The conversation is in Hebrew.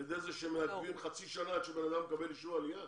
על ידי זה שהם מעכבים חצי שנה עד שבן אדם מקבל אישור עלייה?